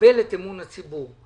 לקבל את אמון הציבור,